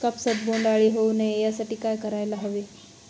कापसात बोंडअळी होऊ नये यासाठी काय करायला हवे?